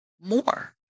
more